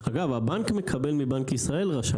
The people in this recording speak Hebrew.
אגב, הבנק מקבל מבנק ישראל 'רשאי'.